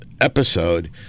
episode